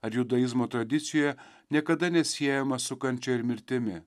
ar judaizmo tradicijoje niekada nesiejamas su kančia ir mirtimi